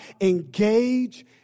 Engage